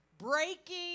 breaking